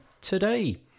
today